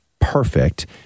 perfect